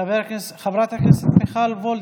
חברת הכנסת מיכל וולדיגר.